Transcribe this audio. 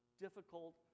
difficult